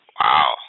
Wow